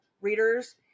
readers